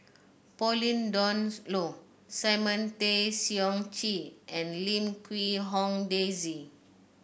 Pauline Dawn Loh Simon Tay Seong Chee and Lim Quee Hong Daisy